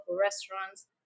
restaurants